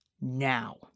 Now